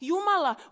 Jumala